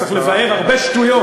צריך לבער הרבה שטויות,